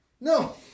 No